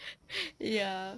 ya